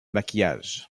maquillage